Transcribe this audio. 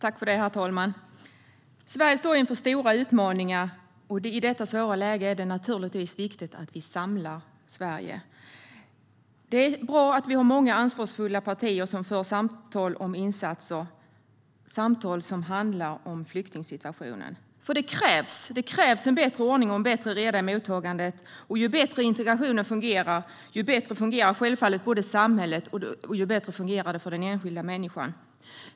Herr talman! Sverige står inför stora utmaningar. I detta svåra läge är det naturligtvis viktigt att vi samlar Sverige. Det är bra att vi är många ansvarsfulla partier som för samtal om insatser, samtal som handlar om flyktingsituationen. Det krävs bättre ordning och reda i mottagandet. Ju bättre integrationen fungerar, desto bättre fungerar självfallet samhället, vilket gör att det fungerar bättre för den enskilda människan.